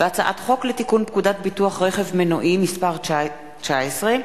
והצעת חוק לתיקון פקודת ביטוח רכב מנועי (מס' 19)